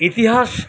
ইতিহাস